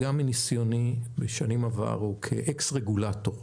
וגם מניסיוני בשנים עברו כאקס-רגולטור,